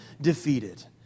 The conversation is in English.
defeated